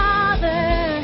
Father